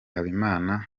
habimana